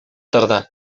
торды